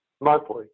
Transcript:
Monthly